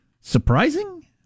Surprising